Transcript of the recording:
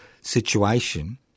situation